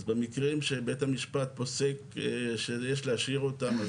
במקרים שבית המשפט פוסק שיש להשאיר אותם,